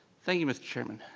thank you, mr. trunam.